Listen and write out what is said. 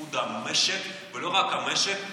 לתפקוד המשק,